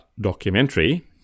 documentary